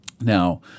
Now